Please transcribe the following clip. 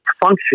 function